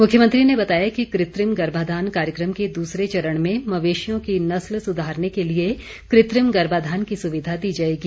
मुख्यमंत्री ने बताया कि कृत्रिम गर्भाधान कार्यक्रम के दूसरे चरण में मवेशियों की नस्ल सुधारने के लिए कृत्रिम गर्भाधान की सुविधा दी जाएगी